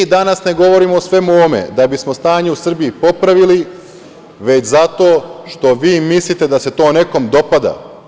Danas ne govorimo o svemu ovome da bismo stanje u Srbiji popravili, već što vi mislite da se to nekom dopada.